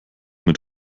mit